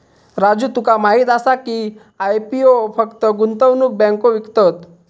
राजू तुका माहीत आसा की, आय.पी.ओ फक्त गुंतवणूक बँको विकतत?